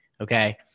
Okay